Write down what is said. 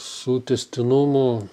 su tęstinumu